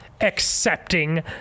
accepting